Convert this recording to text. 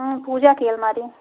पूजा की अलमारी